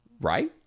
right